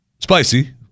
Spicy